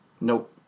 Nope